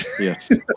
yes